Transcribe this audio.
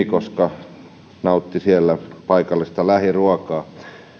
koska hän nautti siellä paikallista lähiruokaa